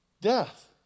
death